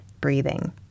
breathing